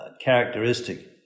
characteristic